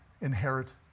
inherit